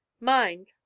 mind